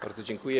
Bardzo dziękuję.